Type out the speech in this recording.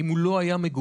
אם הוא לא היה מגויס,